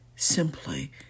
simply